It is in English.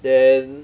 then